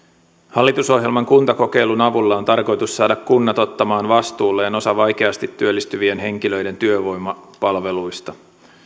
hallitusohjelman kuntakokeilun avulla on tarkoitus saada kunnat ottamaan vastuulleen osa vaikeasti työllistyvien henkilöiden työvoimapalveluista